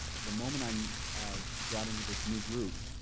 the moment i'm brought into this new group,